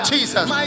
Jesus